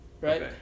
Right